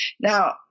Now